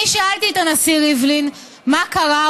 אני שאלתי את הנשיא ריבלין מה קרה.